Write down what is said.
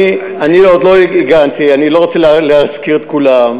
אני עוד לא הגנתי, אני לא רוצה להזכיר את כולם,